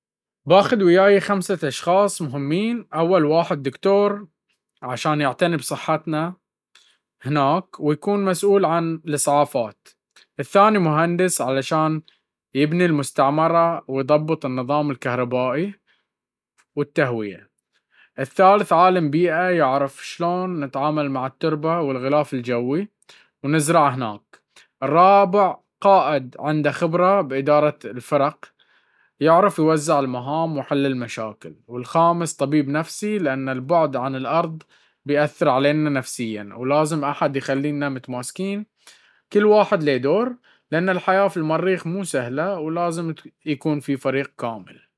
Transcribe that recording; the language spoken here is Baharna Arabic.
بآخذ وياي خمسة أشخاص مهمين: أول واحد دكتور، عشان يعتني بصحتنا هناك ويكون مسؤول عن الإسعافات. الثاني مهندس، عشان يبني المستعمرة ويضبط النظام الكهربائي والتهوية. الثالث عالم بيئة، يعرف شلون نتعامل مع التربة والغلاف الجوي ونزرع هناك. الرابع قائد عنده خبرة بإدارة الفرق، يعرف يوزع المهام ويحل المشاكل. والخامس طبيب نفسي، لأن البعد عن الأرض بيأثر علينا نفسياً، ولازم أحد يخلينا متماسكين. كل واحد له دور، لأن الحياة في المريخ مو سهلة، ولازم نكون فريق متكامل.